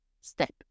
step